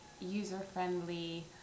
user-friendly